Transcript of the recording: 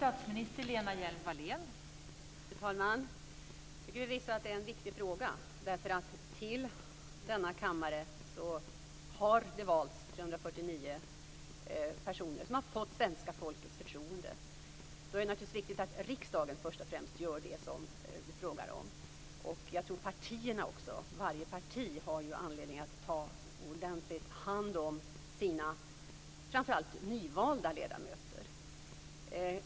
Fru talman! Detta är en viktig fråga. Till denna kammare har det valts 349 personer som har fått svenska folkets förtroende. Då är det naturligtvis viktigt att först och främst riksdagen gör det som Willy Söderdahl frågar efter. Jag tror också att varje parti har anledning att ta ordentligt hand om framför allt sina nyvalda ledamöter.